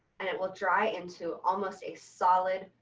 and it will dry into almost a solid,